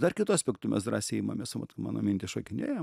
dar kitu aspektu mes drąsiai imamės vat mano mintys šokinėja